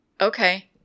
Okay